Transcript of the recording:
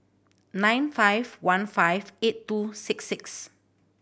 nine five one five eight two six six